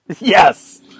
Yes